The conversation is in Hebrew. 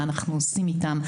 מה אנחנו עושים איתם?